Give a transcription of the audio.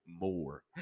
more